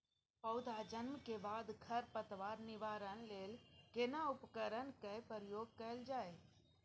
पौधा जन्म के बाद खर पतवार निवारण लेल केना उपकरण कय प्रयोग कैल जाय?